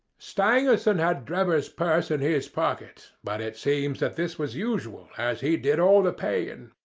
stangerson had drebber's purse in his pocket, but it seems that this was usual, as he did all the paying.